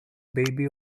baby